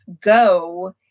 go